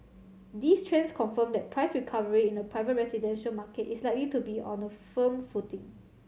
these trends confirm that price recovery in the private residential market is likely to be on a firm footing